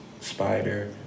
Spider